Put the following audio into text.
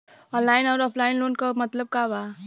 Online अउर offline loan क मतलब का बा?